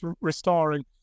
restoring